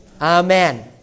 Amen